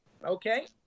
Okay